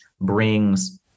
brings